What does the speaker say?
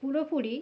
পুরোপুরি